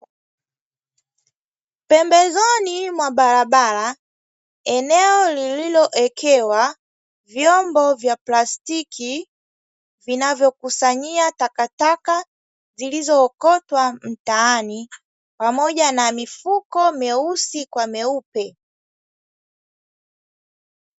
Pembezoni mwa barabara, eneo lililowekewa vyombo vya plastiki, vinavyokusanyia takataka zilizookotwa mtaani, pamoja na mifuko meusi kwa meupe.